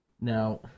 Now